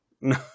No